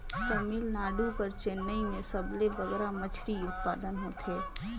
तमिलनाडु कर चेन्नई में सबले बगरा मछरी उत्पादन होथे